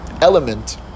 element